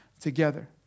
together